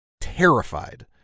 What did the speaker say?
terrified